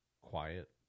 quiet